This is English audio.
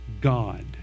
God